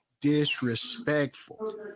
disrespectful